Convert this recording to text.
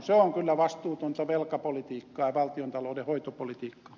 se on kyllä vastuutonta velkapolitiikkaa ja valtiontalouden hoitopolitiikkaa